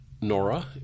Nora